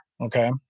Okay